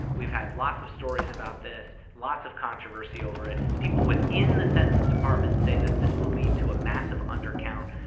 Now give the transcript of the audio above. we've had lots of stories about this, lots of controversy over it. people within the census department say that this will lead to a massive undercount.